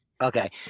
okay